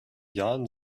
jahren